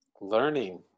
Learning